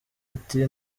ati